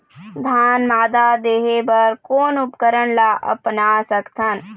धान मादा देहे बर कोन उपकरण ला अपना सकथन?